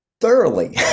Thoroughly